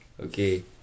Okay